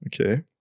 Okay